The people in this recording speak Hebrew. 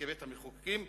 כבית-המחוקקים,